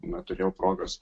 neturėjau progos